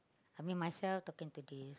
I mean myself talking to this